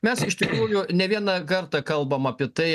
mes iš tikrųjų ne vieną kartą kalbam apie tai